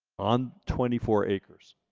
on twenty four acres.